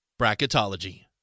Bracketology